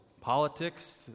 politics